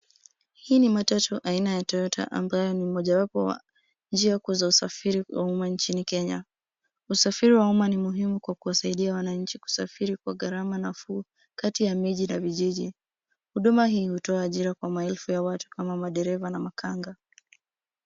Hii ni matatu aina ya Toyota ambayo ni mojawapo ya njia kuu za usafiri kwa umma nchini kenya. Usafiri wa umma ni muhimu kwa kuwasaidia wananchi kusafiri kwa gharama nafuu kati ya miji na vijiji. Huduma hii hutoa ajira kwa maelfu ya watu kama madereva na makanga.